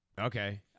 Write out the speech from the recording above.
Okay